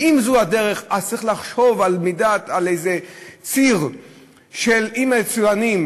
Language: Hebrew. ואם זו הדרך אז צריך לחשוב על איזה ציר עם היצואנים,